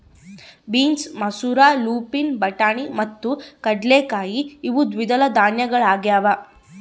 beans ಮಸೂರ lupin ಬಟಾಣಿ ಮತ್ತು ಕಡಲೆಕಾಯಿ ಇವು ದ್ವಿದಳ ಧಾನ್ಯಗಳಾಗ್ಯವ